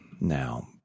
Now